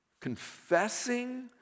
confessing